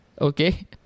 okay